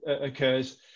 occurs